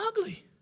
ugly